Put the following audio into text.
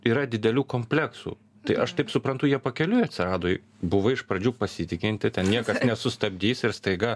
yra didelių kompleksų tai aš taip suprantu jie pakeliui atsirado buvai iš pradžių pasitikinti ten niekas nesustabdys ir staiga